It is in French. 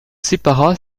sépara